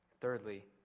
Thirdly